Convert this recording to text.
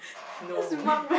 no